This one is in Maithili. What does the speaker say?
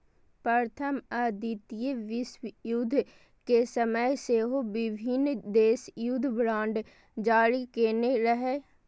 प्रथम आ द्वितीय विश्वयुद्ध के समय सेहो विभिन्न देश युद्ध बांड जारी केने रहै